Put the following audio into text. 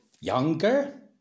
younger